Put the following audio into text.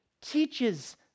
teaches